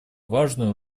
важную